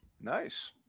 Nice